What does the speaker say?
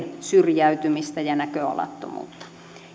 syrjäytymistä ja näköalattomuutta